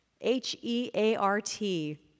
H-E-A-R-T